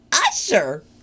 Usher